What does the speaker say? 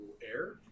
air